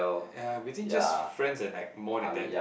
ya between just friends and like more than that